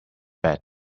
bad